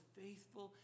faithful